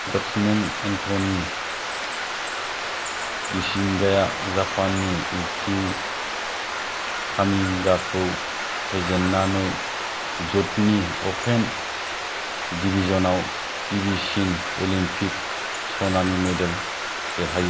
Dutchman एन्टोनि गीसिंकआ जापाननि एकियो कामिनागा खौ फेजेननानै जुड'नि अपेन डिबिजनाव गिबिसिन अलिम्पिक सनानि मेडेल देरहायो